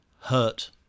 hurt